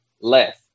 less